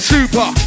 Super